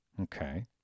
Okay